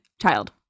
child